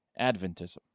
Adventism